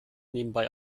nebenbei